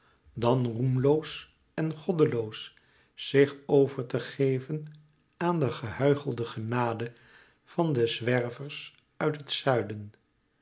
dan roemloos en goddeloos zich over te geven aan de gehuichelde genade van de zwervers uit het zuiden